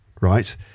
right